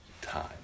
time